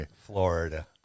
Florida